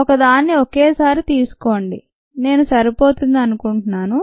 ఒక దాన్ని ఒకేసారి తీసుకోండి నేను సరిపోతుంది అనుకుంటున్నాను